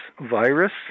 virus